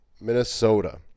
Minnesota